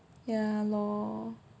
ya lor